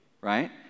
right